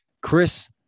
Chris